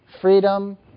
freedom